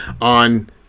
on